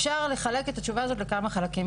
אפשר לחלק את התשובה הזאת לכמה חלקים.